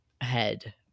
head